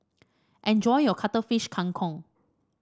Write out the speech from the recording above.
enjoy your Cuttlefish Kang Kong